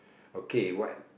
okay what